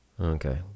Okay